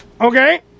Okay